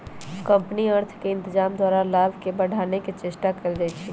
company अर्थ के इत्जाम द्वारा लाभ के बढ़ाने के चेष्टा कयल जाइ छइ